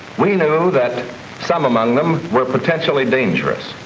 we knew that some among them were potentially dangerous,